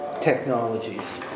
technologies